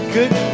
good